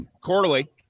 Corley